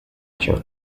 cię